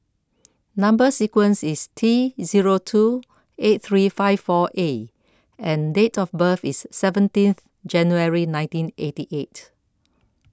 Number Sequence is T zero two eight three five four A and date of birth is seventeenth January nineteen eighty eight